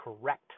correct